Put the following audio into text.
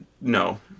No